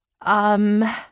Um